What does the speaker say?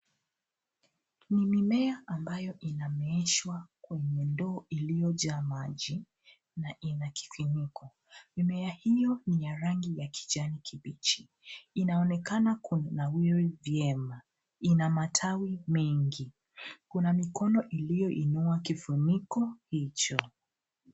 Ni mimea ambayo inameeshwa kwenye ndoo iliyojaa maji na ina kifuniko. Mimea hio ni ya rangi ya kijani kibichi. Inaonekana kunawiri vyema. Ina matawi mengi. Kuna mikono iliyoinua kifunika hicho.